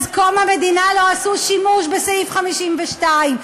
לא עשו שימוש בסעיף 52,